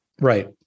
right